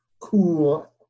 cool